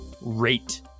Rate